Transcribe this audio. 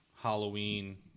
Halloween